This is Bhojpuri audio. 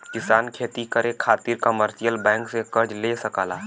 किसान खेती करे खातिर कमर्शियल बैंक से कर्ज ले सकला